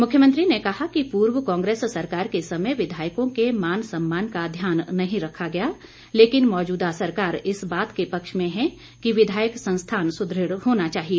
मुख्यमंत्री ने कहा कि पूर्व कांग्रेस सरकार के समय विधायकों के मान सम्मान का ध्यान नहीं रखा गया लेकिन मौजूदा सरकार इस बात के पक्ष में है कि विधायक संस्थान सुद्रढ़ होना चाहिए